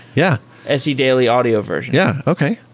yeah as a daily audio version yeah, okay.